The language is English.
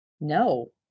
no